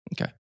Okay